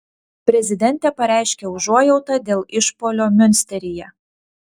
prezidentė pareiškė užuojautą dėl išpuolio miunsteryje